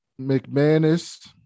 McManus